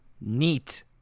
Neat